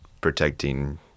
protecting